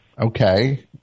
Okay